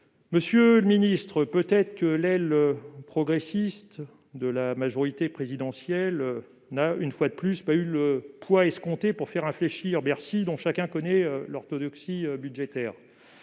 monsieur le ministre. Peut-être l'aile progressiste de la majorité présidentielle n'a-t-elle pas eu, une fois de plus, le poids suffisant pour faire fléchir Bercy, dont chacun connaît l'orthodoxie budgétaire,